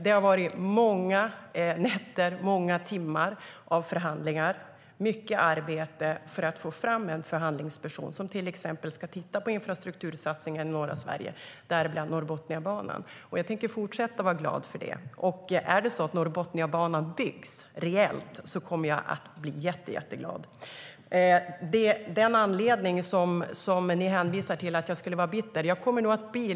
Det har varit många nätter och många timmar av förhandlingar och mycket arbete för att få fram en förhandlingsperson som till exempel ska titta på infrastruktursatsningen i norra Sverige, däribland Norrbotniabanan. Jag tänker fortsätta att vara glad för det. Om Norrbotniabanan byggs reellt kommer jag att bli jätteglad. Ni hänvisar till att jag skulle vara bitter av en viss anledning.